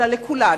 אלא לכולן.